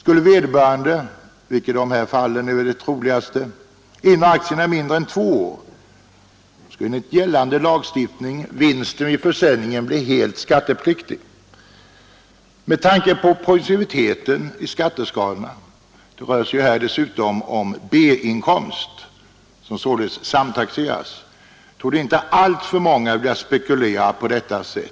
Om vederbörande innehar aktierna mindre än två år — vilket i dessa fall är det troligaste — skulle vinsten vid försäljningen enligt gällande lagstiftning bli helt skattepliktig. Med tanke på progressiviteten i skatteskalorna — här rör det sig dessutom om B-inkomst, som alltså samtaxeras — torde inte alltför många vilja spekulera på detta sätt.